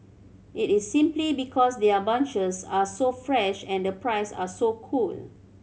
it is simply because their bunches are so fresh and the price are so cool